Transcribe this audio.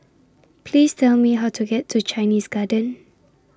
Please Tell Me How to get to Chinese Garden